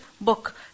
book